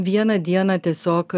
vieną dieną tiesiog